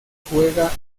juega